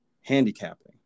handicapping